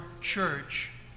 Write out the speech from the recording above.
church